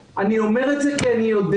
בסופה יבוא "או (ג)"; (ב) אחרי פסקה (2) יבוא: